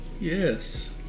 Yes